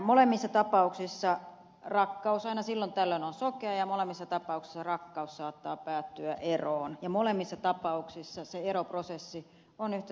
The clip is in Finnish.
molemmissa tapauksissa rakkaus aina silloin tällöin on sokea ja molemmissa tapauksissa rakkaus saattaa päättyä eroon ja molemmissa tapauksissa se eroprosessi on yhtä traaginen